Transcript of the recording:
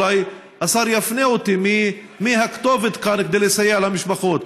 אולי השר יפנה אותי מי הכתובת כאן לסייע למשפחות,